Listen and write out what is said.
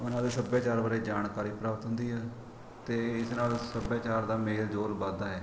ਉਹਨਾਂ ਦੇ ਸੱਭਿਆਚਾਰ ਬਾਰੇ ਜਾਣਕਾਰੀ ਪ੍ਰਾਪਤ ਹੁੰਦੀ ਹੈ ਅਤੇ ਇਸ ਨਾਲ਼ ਸੱਭਿਆਚਾਰ ਦਾ ਮੇਲ ਜੋਲ ਵੱਧਦਾ ਹੈ